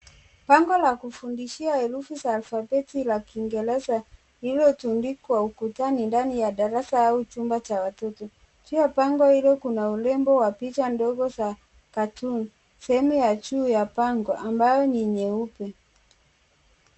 Bango la kufundishia herufi za alphabeti za kingereza lililotundikwa ukutani mwa darasa au chumba cha watoto pia bango hilo kuna urembo wa picha ndogo za katuni sehemu ya juu ya bango ambayo ni nyeupe.